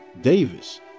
Davis